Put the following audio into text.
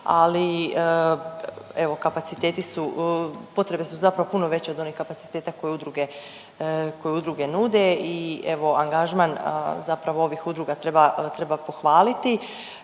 su, potrebe su zapravo puno veće od onih kapaciteta koji udruge, koji udruge nude i evo angažman zapravo ovih udruga treba, treba pohvaliti.